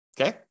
okay